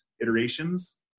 iterations